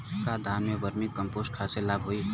का धान में वर्मी कंपोस्ट खाद से लाभ होई?